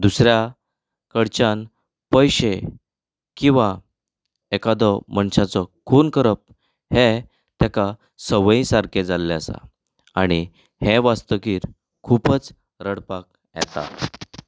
दुसऱ्या कडच्यान पयशे किंवा एखादो मनशाचो खून करप हें ताका संवय सारके जाल्ले आसा आनी हें वाचतकीर खुबूच रडपाक येता